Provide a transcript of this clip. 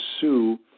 sue